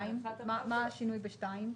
מה השינוי ב-2?